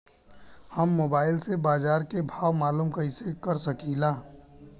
हम मोबाइल से बाजार के भाव मालूम कइसे कर सकीला?